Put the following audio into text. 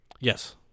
yes